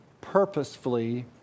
purposefully